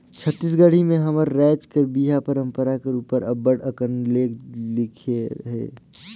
छत्तीसगढ़ी में हमर राएज कर बिहा परंपरा कर उपर अब्बड़ अकन लेख लिखे हे